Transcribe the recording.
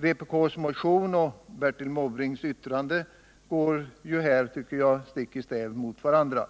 Vpk:s motion och Bertil Måbrinks yttrande går här, tycker jag, stick i stäv mot varandra.